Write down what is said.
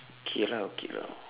okay lah okay lah